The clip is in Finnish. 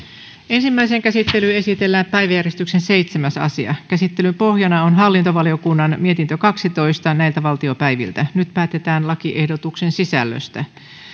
ensimmäiseen käsittelyyn esitellään päiväjärjestyksen seitsemäs asia käsittelyn pohjana on hallintovaliokunnan mietintö kaksitoista nyt päätetään lakiehdotuksen sisällöstä